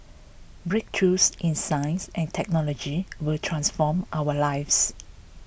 breakthroughs in science and technology will transform our lives